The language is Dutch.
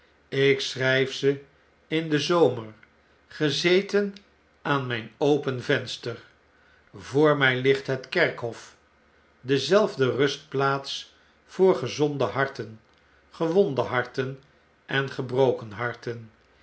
ik schrijf ze in den zomer gezeten aan mijn open venster voor rnij ligt het kerkhof dezelfde rustplaats voor gezonde harten gewonde harten en gebroken harten